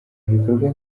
ibikorwa